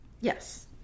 Yes